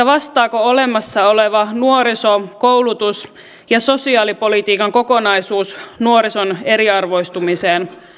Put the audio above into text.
vastaako olemassa oleva nuoriso koulutus ja sosiaalipolitiikan kokonaisuus nuorison eriarvoistumiseen